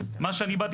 מה שאנחנו עשינו